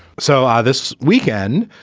so ah this weekend,